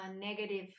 negative